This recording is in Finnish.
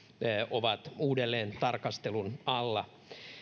ovat uudelleentarkastelun alla